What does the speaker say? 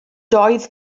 doedd